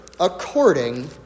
According